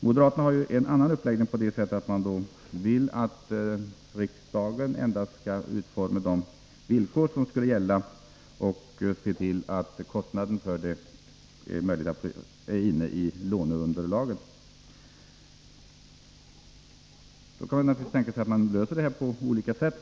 Moderaterna har en annan uppläggning på så sätt att de vill att riksdagen endast skall utforma de villkor som skall gälla och se till att göra det möjligt att låta dessa kostnader ingå i låneunderlaget. Man kan naturligtvis tänka sig att lösa denna fråga på olika sätt.